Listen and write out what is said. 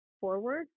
forward